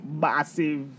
massive